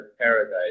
paradise